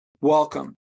Welcome